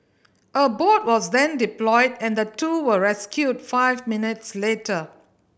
a boat was then deployed and the two were rescued five minutes later